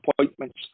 appointments